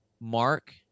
mark